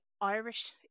Irish